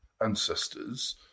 ancestors